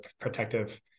protective